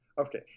Okay